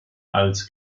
als